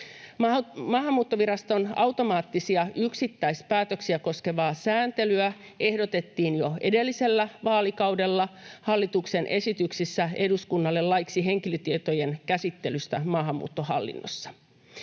Maahanmuuttoviraston automaattisia yksittäispäätöksiä koskevaa sääntelyä ehdotettiin jo edellisellä vaalikaudella hallituksen esityksissä eduskunnalle laiksi henkilötietojen käsittelystä maahanmuuttohallinnossa.